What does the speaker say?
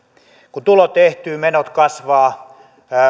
kun tulot ehtyvät menot kasvavat